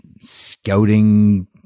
scouting